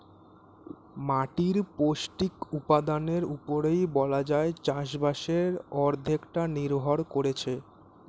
মাটির পৌষ্টিক উপাদানের উপরেই বলা যায় চাষবাসের অর্ধেকটা নির্ভর করছে